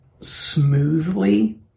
smoothly